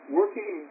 working